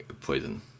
poison